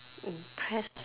impressed